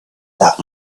that